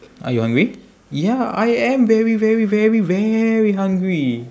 are you hungry ya I am very very very very hungry